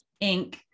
Inc